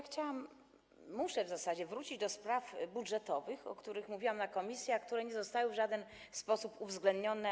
Chciałabym, muszę w zasadzie wrócić do spraw budżetowych, o których mówiłam na posiedzeniach komisji i które nie zostały w żaden sposób uwzględnione.